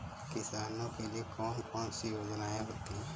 किसानों के लिए कौन कौन सी योजनायें होती हैं?